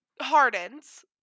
hardens